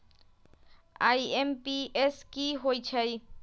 IMPS की होईछइ?